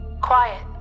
quiet